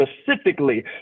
specifically